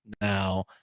Now